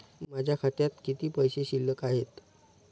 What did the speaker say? माझ्या खात्यात किती पैसे शिल्लक आहेत?